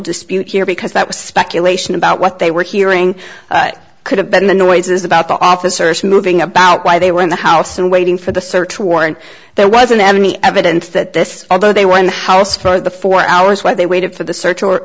dispute here because that was speculation about what they were hearing it could have been the noises about the officers moving about why they were in the house and waiting for the search warrant there wasn't any evidence that this although they were in the house for the four hours while they waited for the search or